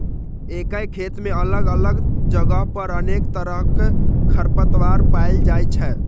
एके खेत मे अलग अलग जगह पर अनेक तरहक खरपतवार पाएल जाइ छै